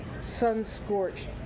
sun-scorched